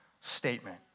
statement